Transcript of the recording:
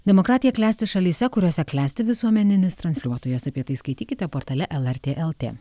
demokratija klesti šalyse kuriose klesti visuomeninis transliuotojas apie tai skaitykite portale lrt lt